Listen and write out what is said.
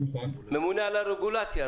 ממונה על הרגולציה.